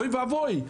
אוי ואבוי,